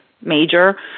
major